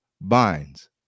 binds